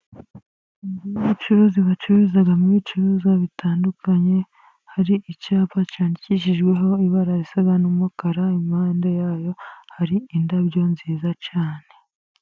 Ni ubucuruzi bacururizaga mu bicuruzwa bitandukanye. Hari icyapa cyandikishijweho ibara risa n’umukara, impande yayo hari indabo nziza cyane.